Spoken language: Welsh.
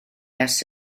ers